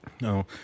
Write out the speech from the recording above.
No